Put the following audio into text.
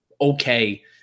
okay